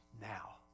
now